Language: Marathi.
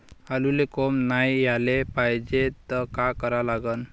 आलूले कोंब नाई याले पायजे त का करा लागन?